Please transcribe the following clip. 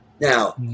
Now